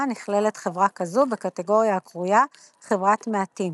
נכללת חברה כזו בקטגוריה הקרויה חברת מעטים.